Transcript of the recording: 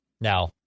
Now